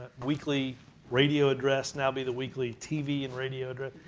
weekly radio address now be the weekly tv and radio address.